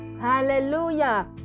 hallelujah